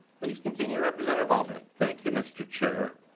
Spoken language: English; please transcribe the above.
please continue. representative albright thank you mr. chair.